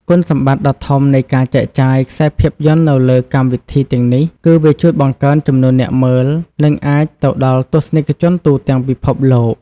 គុណសម្បត្តិដ៏ធំនៃការចែកចាយខ្សែភាពយន្តនៅលើកម្មវិធីទាំងនេះគឺ វាជួយបង្កើនចំនួនអ្នកមើល និងអាចទៅដល់ទស្សនិកជនទូទាំងពិភពលោក។